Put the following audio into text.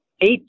eight